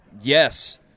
yes